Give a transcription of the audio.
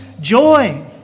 joy